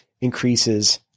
increases